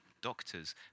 doctors